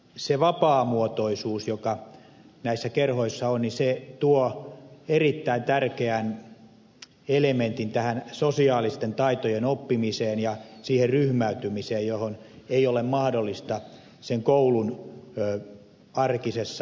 se vapaamuotoisuus joka näissä kerhoissa on tuo erittäin tärkeän elementin sosiaalisten taitojen oppimiseen ja siihen ryhmäytymiseen johon ei ole mahdollisuutta koulun arkisessa tuntiopetustilanteessa